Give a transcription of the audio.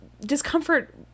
discomfort